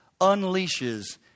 unleashes